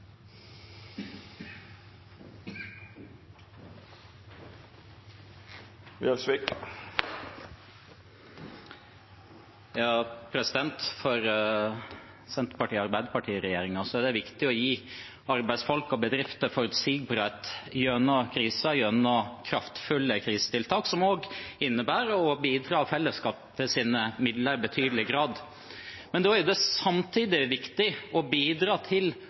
For Arbeiderparti–Senterparti-regjeringen er det viktig å gi arbeidsfolk og bedrifter forutsigbarhet gjennom krisen, gjennom kraftfulle krisetiltak, noe som også innebærer å bidra av fellesskapets midler i betydelig grad. Da er det samtidig viktig å bidra til